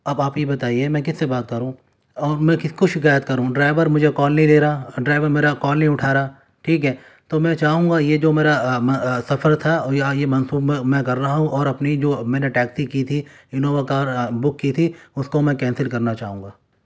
اب آپ ہی بتائیے میں کس سے بات کروں اور میں کس کو شکایت کروں ڈرائیور مجھے کال نہیں لے رہا ڈرائیور میرا کال نہیں اٹھا رہا ٹھیک ہے تو میں چاہوں گا یہ جو میرا سفر تھا اور یا یہ منسوب میں کر رہا ہوں اور اپنی جو میں نے ٹیکسی کی تھی انووا کار بک کی تھی اس کو میں کینسل کرنا چاہوں گا